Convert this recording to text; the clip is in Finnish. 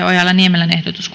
ojala niemelän ehdotus